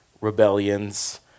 rebellions